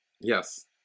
Yes